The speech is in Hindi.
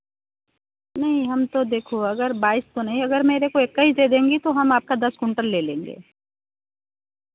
नहीं हम तो देखो अगर बाईस सौ नहीं अगर मेरे को एक्कीस दे देंगी हम आपका दस कुंटल ले लेंगे